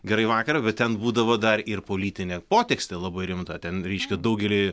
gerai vakarą bet ten būdavo dar ir politinė potekstė labai rimta ten reiškia daugelį